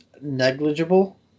negligible